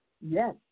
Yes